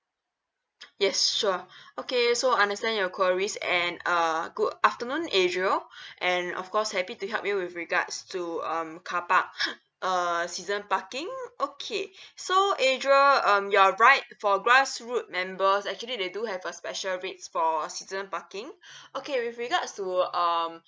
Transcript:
yes sure okay so I understand your queries and uh good afternoon adriel and of course happy to help you with regards to um carpark uh season parking okay so adriel um you're right for grassroot members actually they do have a special rates for season parking okay with regards to um